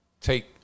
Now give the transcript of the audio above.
take